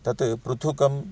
तत् पृथुकं